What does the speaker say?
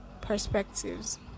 perspectives